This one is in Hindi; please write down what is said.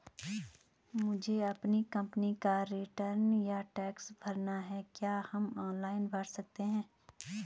मुझे अपनी कंपनी का रिटर्न या टैक्स भरना है क्या हम ऑनलाइन भर सकते हैं?